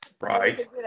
Right